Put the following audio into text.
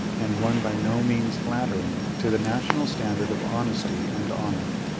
and one by no means flattering to the national standard of honesty and honour.